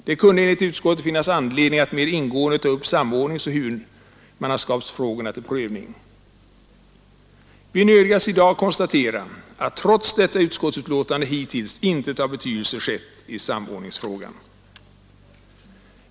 Det kunde enligt utskottet finnas anledning att mer ingående ta upp samordningsoch huvudmannaskapsfrågorna till prövning. Vi nödgas i dag konstatera att trots detta utskottsutlåtande hittills intet av betydelse skett i samordningsfrågan.